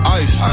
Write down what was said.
ice